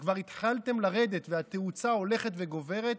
וכבר התחלתם לרדת והתאוצה הולכת וגוברת,